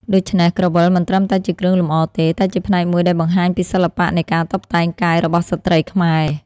ដូច្នេះ ក្រវិលមិនត្រឹមតែជាគ្រឿងលម្អទេ តែជាផ្នែកមួយដែលបង្ហាញពីសិល្បៈនៃការតុបតែងកាយរបស់ស្ត្រីខ្មែរ។